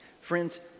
friends